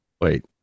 Wait